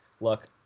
look